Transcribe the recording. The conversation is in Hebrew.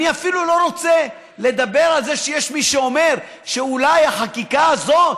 אני אפילו לא רוצה לדבר על זה שיש מי שאומר שאולי החקיקה הזאת,